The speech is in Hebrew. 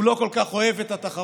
הוא לא כל כך אוהב את התחרות,